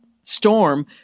storm